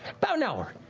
about an hour.